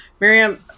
Miriam